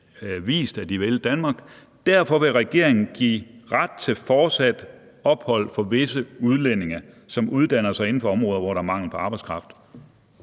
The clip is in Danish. vist, at de vil Danmark, og regeringen derfor vil give ret til fortsat ophold for visse udlændinge, som uddanner sig inden for områder, hvor der er mangel på arbejdskraft,